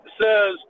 says